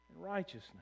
righteousness